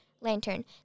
lantern